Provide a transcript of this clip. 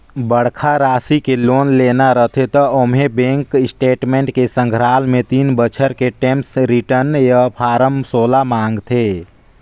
बड़खा रासि के लोन लेना रथे त ओम्हें बेंक स्टेटमेंट के संघराल मे तीन बछर के टेम्स रिर्टन य फारम सोला मांगथे